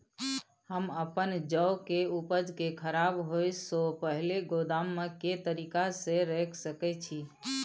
हम अपन जौ के उपज के खराब होय सो पहिले गोदाम में के तरीका से रैख सके छी?